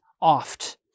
oft